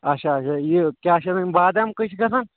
اچھا اچھا یہِ کیٛاہ چھِ اَتھ وَنان یِم بادام کٔہیہِ چھِ گژھان